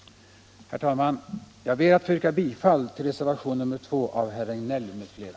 Herr talman! Jag ber att få yrka bifall till reservationen 2 av herr Regnéll m.fl.